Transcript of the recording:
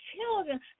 children